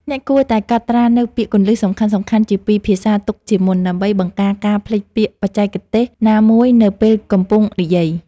អ្នកគួរតែកត់ត្រានូវពាក្យគន្លឹះសំខាន់ៗជាពីរភាសាទុកជាមុនដើម្បីបង្ការការភ្លេចពាក្យបច្ចេកទេសណាមួយនៅពេលកំពុងនិយាយ។